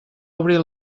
obrir